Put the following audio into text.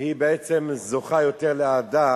היא בעצם זוכה ליותר אהדה